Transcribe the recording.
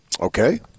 Okay